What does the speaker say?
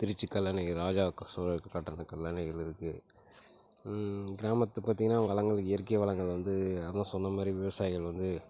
திருச்சி கல்லணை ராஜாக்க சோழர் கட்டின கல்லணைகள் இருக்கு கிராமத்தை பார்த்திங்கனா வளங்கள் இயற்கை வளங்கள் வந்து அதான் சொன்ன மாரி விவசாயிகள் வந்து